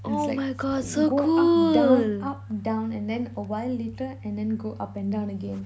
it's like go up down up down and then a while later and then go up and down again